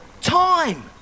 time